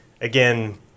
again